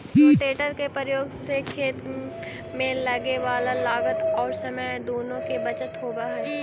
rotator के प्रयोग से खेत में लगे वाला लागत औउर समय दुनो के बचत होवऽ हई